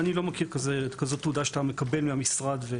אני לא מכיר כזו תעודה שאתה מקבל מהמשרד.